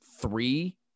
three